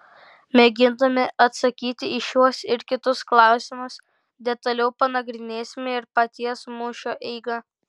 mėgindami atsakyti į šiuos ir kitus klausimus detaliau panagrinėsime ir paties mūšio eigą